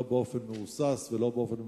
לא באופן מהוסס ולא באופן ממצמץ.